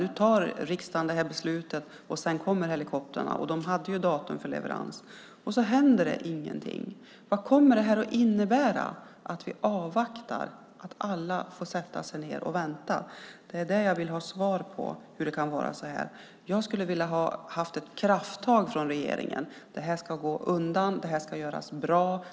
Nu tar riksdagen det här beslutet och sedan kommer helikoptrarna. De hade ju datum för leverans, och så händer det ingenting. Vad kommer det att innebära att vi avvaktar, att alla får sätta sig ned och vänta? Det är det jag vill ha svar på. Hur kan det vara så här? Jag hade velat ha ett krafttag från regeringen. Det här ska gå undan. Det här ska göras bra.